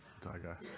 Tiger